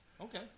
Okay